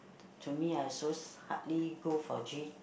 to me I also hardly go for gym